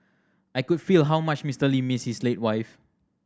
I could feel how much Mister Lee missed his late wife